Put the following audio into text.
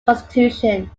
constitution